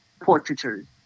portraiture